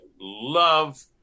love